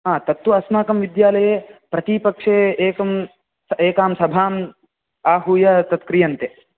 हा तत्तु अस्माकं विद्यालये प्रतिपक्षे एकम् एकाम् सभाम् आहूय तत् क्रीयन्ते